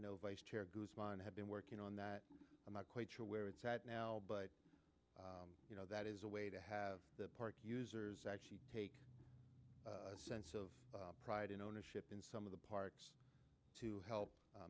know vice chair guzman had been working on that i'm not quite sure where it's at now but you know that is a way to have the park users actually take a sense of pride and ownership in some of the parks to help